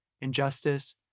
injustice